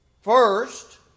First